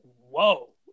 whoa